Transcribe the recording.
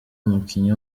umukinnyi